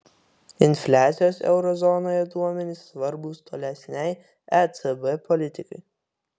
infliacijos euro zonoje duomenys svarbūs tolesnei ecb politikai